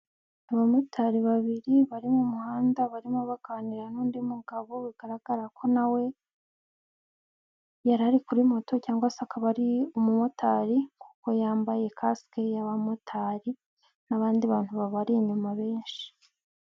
Abamotari babiri bari mu muhanda barimo baganira n'undi mugabo bigaragara ko na we yari ari kuri moto cyangwa se akaba ari umumotari, kuko yambaye kasike y'abamotari n'abandi bantu babari inyuma benshi.